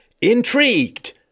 intrigued